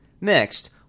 Next